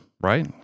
right